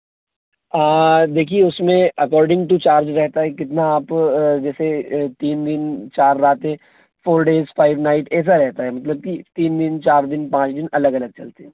देखिए उसमें according to charge रहता है कितना आप जैसे तीन दिन चार रातें फ़ोर डेज़ फ़ाइव नाइट्स ऐसा रहता है मतलब तीन दिन चार दिन पाँच दिन अलग अलग चलते हैं